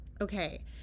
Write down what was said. Okay